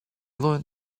learned